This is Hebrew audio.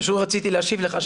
פשוט רציתי להשיב לך,